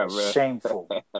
shameful